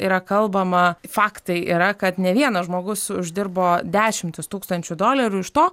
yra kalbama faktai yra kad ne vienas žmogus uždirbo dešimtis tūkstančių dolerių iš to